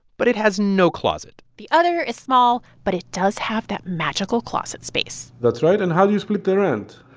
but it has no closet the other is small, but it does have that magical closet space that's right. and how do you split the rent?